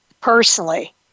personally